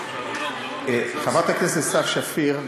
חברת הכנסת סתיו שפיר,